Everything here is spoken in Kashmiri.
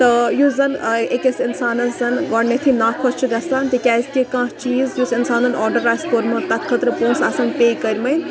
تہٕ یُس زَن أکِس اِنسانَس زَن گۄڈنٮ۪تھٕے ناخۄش چھُ گژھان تِکیٛازِکہِ کانٛہہ چیٖز یُس اِنسانَن آرڈَر آسہِ پوٚرمُت تَتھ خٲطرٕ پونٛسہٕ آسَن پے کٔرۍ مٕتۍ